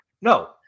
No